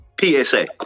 PSA